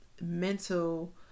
mental